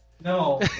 no